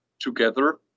together